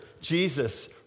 Jesus